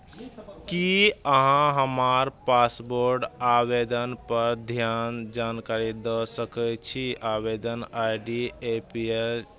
की अहाँ हमर पासपोर्ट आवेदनपर ध्यान जानकारी दऽ सकैत छी आवेदन I D A P L